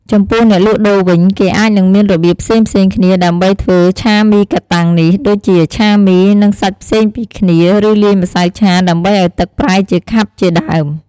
ចំពោះអ្នកលក់ដូរវិញ គេអាចនឹងមានរបៀបផ្សេងៗគ្នា ដើម្បីធ្វើឆាមីកាតាំងនេះ ដូចជាឆាមី និងសាច់ផ្សេងពីគ្នា ឬលាយម្សៅឆាដើម្បីឱ្យទឹកប្រែជាខាប់ជាដើម។